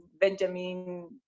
Benjamin